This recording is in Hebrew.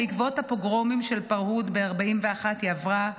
בעקבות הפוגרומים של הפרהוד ב-1941 היא עברה לארץ.